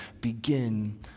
begin